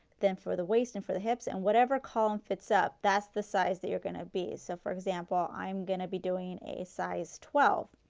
then for the waist and for the hips and whatever column fits up, that's the size that you are going to be. so for example, i am going to be doing a size twelve.